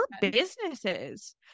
businesses